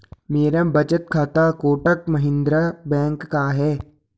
मेरा बचत खाता कोटक महिंद्रा बैंक का है